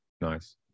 nice